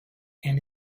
and